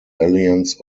alliance